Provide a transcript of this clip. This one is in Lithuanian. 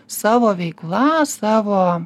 savo veikla savo